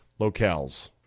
locales